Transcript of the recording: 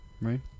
right